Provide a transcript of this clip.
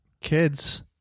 kids